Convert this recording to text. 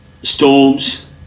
Storms